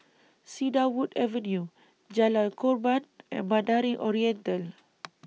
Cedarwood Avenue Jalan Korban and Mandarin Oriental